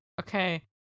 okay